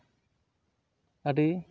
ᱟᱹᱰᱤ